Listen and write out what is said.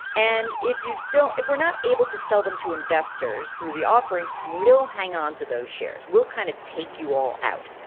and if you don't if we're not able to sell them to investors through the offering, we'll hang on to those shares. we'll kind of take you all out.